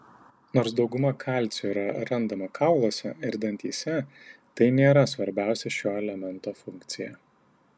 nors dauguma kalcio yra randama kauluose ir dantyse tai nėra svarbiausia šio elemento funkcija